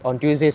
oh